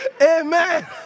Amen